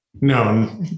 No